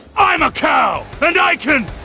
i'm a cow, and i can